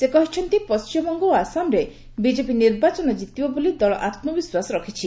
ସେ କହିଛନ୍ତି ପଣ୍ଢିମବଙ୍ଗ ଓ ଆସାମରେ ବିଟ୍ଟେପି ନିର୍ବାଚନ କିତିବ ବୋଲି ଦଳ ଆତ୍ମବିଶ୍ୱାସ ରଖିଛି